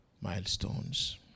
Milestones